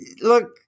Look